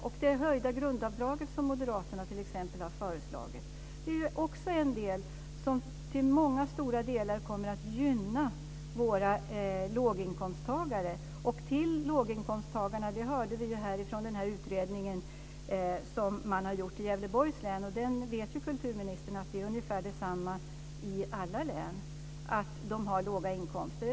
Ett höjt grundavdrag, som moderaterna t.ex. har föreslagit, är också något som till stora delar kommer att gynna våra låginkomsttagare. Vi hörde ju från den utredning som har gjorts i Gävleborgs län - och kulturministern vet ju att det är ungefär detsamma i alla län - att man har låga inkomster.